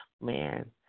man